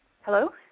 Hello